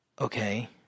okay